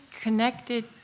connected